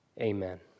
amen